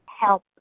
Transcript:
help